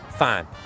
Fine